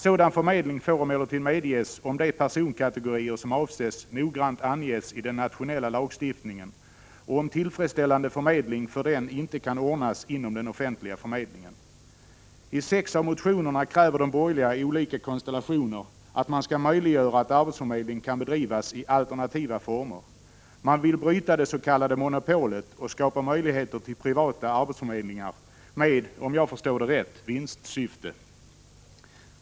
Sådan förmedling får emellertid medges om de personkategorier som avses noggrant anges i den nationella lagstiftningen och om tillfredsställande förmedling för sådana kategorier inte kan ordnas inom den offentliga förmedlingen. I sex av motionerna kräver de borgerliga i olika konstellationer att man skall möjliggöra att arbetsförmedling kan bedrivas i alternativa former. Man vill bryta det s.k. monopolet och skapa möjligheter till privata arbetsförmedlingar med, om jag förstår det rätt, vinstsyfte.